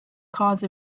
cause